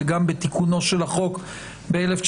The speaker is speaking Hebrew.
וגם בתיקונו של החוק ב-1995.